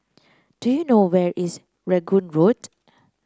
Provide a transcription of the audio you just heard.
do you know where is Rangoon Road